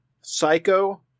psycho